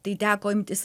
tai teko imtis